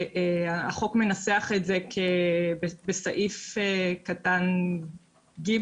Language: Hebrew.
והחוק מנסח את זה כרגע בסעיף קטן (ג)